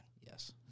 Yes